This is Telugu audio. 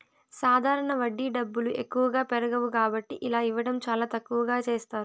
సాధారణ వడ్డీ డబ్బులు ఎక్కువగా పెరగవు కాబట్టి ఇలా ఇవ్వడం చాలా తక్కువగా చేస్తారు